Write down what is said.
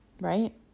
right